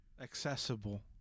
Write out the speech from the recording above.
accessible